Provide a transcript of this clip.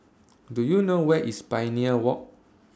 Do YOU know Where IS Pioneer Walk